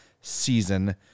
season